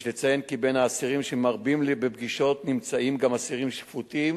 יש לציין כי בין האסירים שמרבים בפגישות נמצאים גם אסירים שפוטים